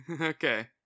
Okay